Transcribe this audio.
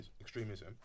extremism